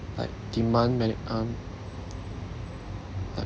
like demand mana~ um like